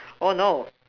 oh no